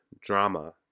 drama